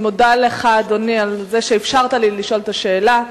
אני מודה לך על שאפשרת לי לשאול את השאלה.